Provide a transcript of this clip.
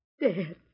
Dead